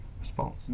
response